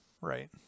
Right